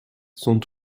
sont